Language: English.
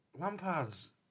Lampard's